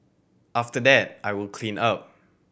after that I will clean up